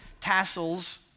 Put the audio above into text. tassels